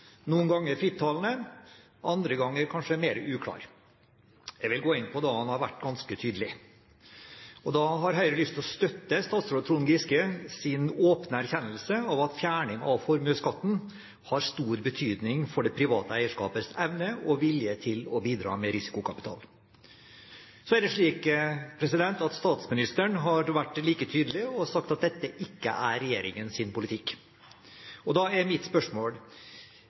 noen ganger frittalende, andre ganger kanskje mer uklar. Jeg vil gå inn på noe der han har vært ganske tydelig. Og Høyre har lyst til å støtte statsråd Trond Giskes åpne erkjennelse av at fjerning av formuesskatten har stor betydning for det private eierskapets evne og vilje til å bidra med risikokapital. Så er det slik at statsministeren har vært like tydelig og sagt at dette ikke er regjeringens politikk. Da er mitt spørsmål: